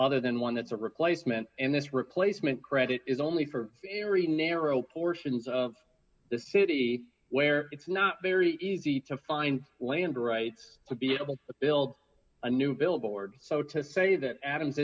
other than one that's a replacement and this replacement credit is only for very narrow portions of the city where it's not very easy to find land rights to be able to build a new billboard so to say that adam